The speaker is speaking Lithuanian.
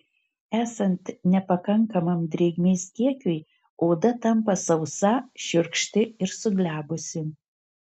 esant nepakankamam drėgmės kiekiui oda tampa sausa šiurkšti ir suglebusi